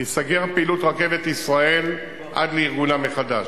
תיסגר פעילות רכבת ישראל עד לארגונה מחדש.